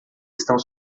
estão